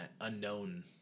unknown –